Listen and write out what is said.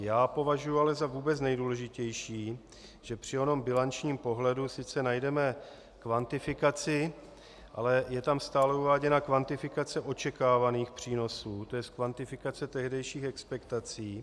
Já ale považuji za vůbec nejdůležitější, že při onom bilančním pohledu sice najdeme kvantifikaci, ale je tam stále uváděna kvantifikace očekávaných přínosů, to jest kvantifikace tehdejších expektací.